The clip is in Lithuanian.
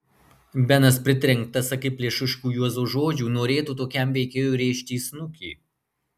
benas pritrenktas akiplėšiškų juozo žodžių norėtų tokiam veikėjui rėžti į snukį